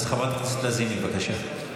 אז חברת הכנסת לזימי, בבקשה.